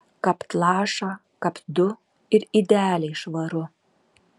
kapt lašą kapt du ir idealiai švaru